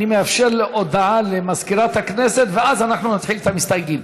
אני מאפשר הודעה למזכירת הכנסת ואז אנחנו נתחיל עם המסתייגים.